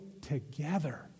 together